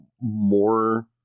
More